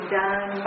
done